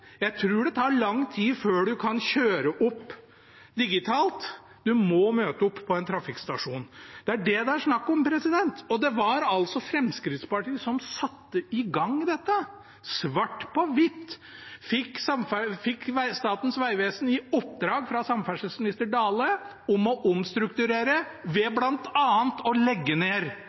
Jeg tror det tar lang tid før en kan kjøre opp digitalt. En må møte opp på en trafikkstasjon. Det er det det er snakk om. Og det var altså Fremskrittspartiet som satte i gang dette. Svart på hvitt fikk Statens vegvesen i oppdrag fra samferdselsminister Dale å omstrukturere ved bl.a. å legge ned